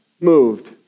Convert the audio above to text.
moved